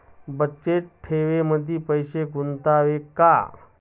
बचत ठेवीमध्ये पैसे गुंतवावे का?